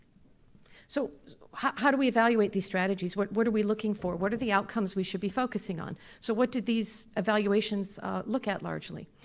so how do we evaluate these strategies, what what are we looking for? what are the outcomes we should be focusing on? so what did these evaluations look at largely?